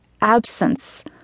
absence